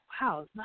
wow